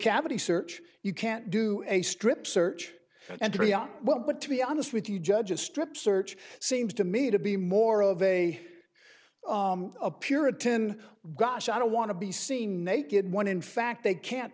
cavity search you can't do a strip search and three are well but to be honest with you judge a strip search seems to me to be more of a puritan gosh i don't want to be seen naked when in fact they can't